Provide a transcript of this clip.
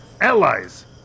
Allies